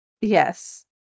Yes